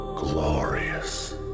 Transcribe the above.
Glorious